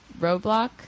Roblox